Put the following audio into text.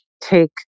take